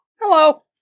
Hello